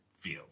feel